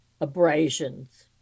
Abrasions